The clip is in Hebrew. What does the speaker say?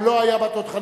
הוא לא היה בתותחנים,